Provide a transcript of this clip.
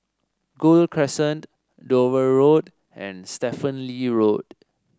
Gul Crescent Dover Road and Stephen Lee Road